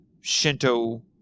Shinto